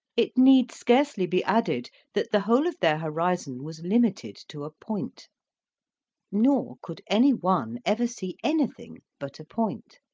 it need scarcely be added that the whole of their horizon was limited to a point nor could any one ever see anything but a point.